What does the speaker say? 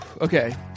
Okay